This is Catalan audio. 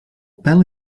pèl